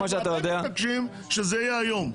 אתם מתעקשים שזה יהיה היום.